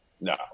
No